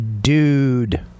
dude